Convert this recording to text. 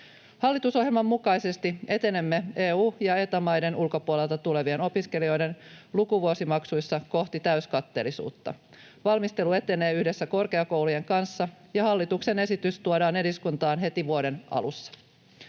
Hallitusohjelman mukaisesti etenemme EU- ja Eta-maiden ulkopuolelta tulevien opiskelijoiden lukuvuosimaksuissa kohti täyskatteellisuutta. Valmistelu etenee yhdessä korkeakoulujen kanssa, ja hallituksen esitys tuodaan eduskuntaan heti vuoden alussa.